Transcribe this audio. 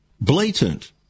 Blatant